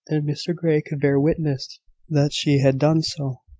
and mr grey could bear witness that she had done so.